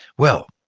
well,